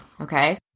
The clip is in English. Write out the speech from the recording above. Okay